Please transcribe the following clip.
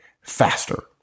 faster